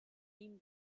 ihm